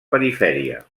perifèria